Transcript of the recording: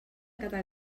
cada